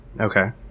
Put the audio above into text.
Okay